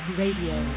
radio